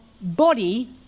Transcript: body